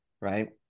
right